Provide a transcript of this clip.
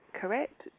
correct